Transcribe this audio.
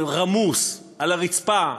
רמוס, על הרצפה,